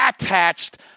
attached